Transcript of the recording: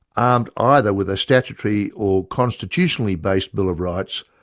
armed either with a statutory or constitutionally based bill of rights,